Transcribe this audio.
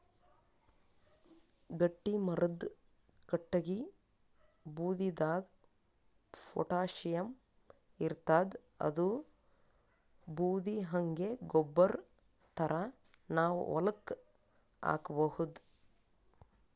ಗಟ್ಟಿಮರದ್ ಕಟ್ಟಗಿ ಬೂದಿದಾಗ್ ಪೊಟ್ಯಾಷಿಯಂ ಇರ್ತಾದ್ ಅದೂ ಬೂದಿ ಹಂಗೆ ಗೊಬ್ಬರ್ ಥರಾ ನಾವ್ ಹೊಲಕ್ಕ್ ಹಾಕಬಹುದ್